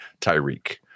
Tyreek